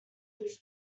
its